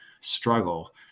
struggle